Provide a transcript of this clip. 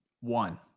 one